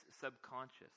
subconscious